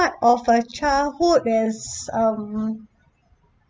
part of uh childhood is um